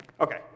Okay